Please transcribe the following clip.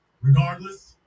regardless